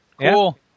cool